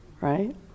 right